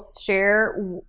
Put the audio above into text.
share